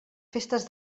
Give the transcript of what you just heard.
festes